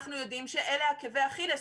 אנחנו יודעים שאלה עקבי אכילס.